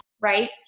Right